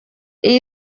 iyi